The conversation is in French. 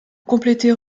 compléter